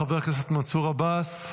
חבר הכנסת מנסור עבאס,